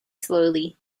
slowly